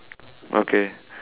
okay